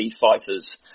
fighters